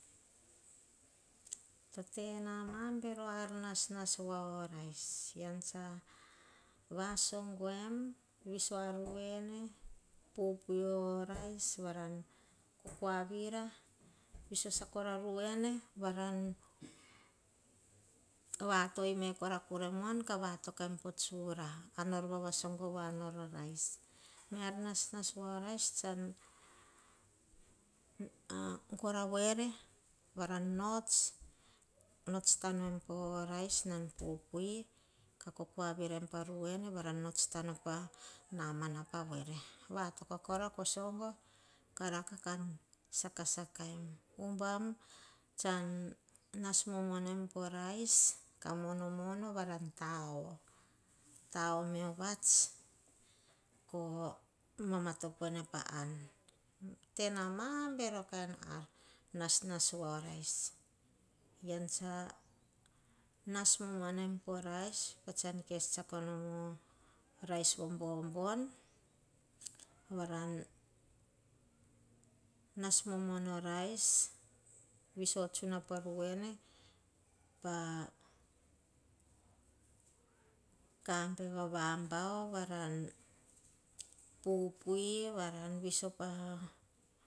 To tena ma bero ar nasnas wea ah rice ean saha vasogoen, viso ah ruene, pupui o rice kokua ruene. Viso sakora ruene, varan vator me kora ruena. Viso sakora kuremuan. Kah vatoka em po tsura, ar nor vasogo woa nor o rice me aur nasnas woa o rice. Sahan bas awere valan nor tano em po rice nam pupui. Kah kokoa veraim a ruena, varan pot tanorem pana namama pa woere vatoka kora ko sogo. Kah kora kan sakasak. Ubam saha nas mumuana em po rice varan mono-mono varan ta-oh me oh vats. Namato ene pah an. Tena ma bero ar nasnas voa oh rice, ean saha nas momoana em poh rice. Pah sahan kes tsiako nom oh rice vo bobono. Varon nas momoa o rice. Viso tsuno pa ruene. Pa kabina va-vabao varan pupui. Kah viso